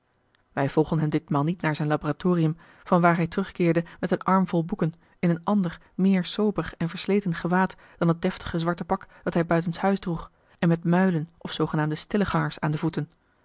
wij volgen hem ditmaal niet naar zijn laboratorium vanwaar hij terugkeerde met een arm vol boeken in een ander meer sober en versleten gewaad dan het deftige zwarte pak dat hij buitenshuis droeg en met muilen of zoogenaamde stillegangers aan de voeten